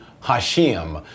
Hashem